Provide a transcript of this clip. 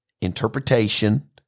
interpretation